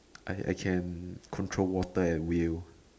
I I can control water at will